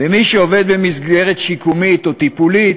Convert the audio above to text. ומי שעובד במסגרת שיקומית או טיפולית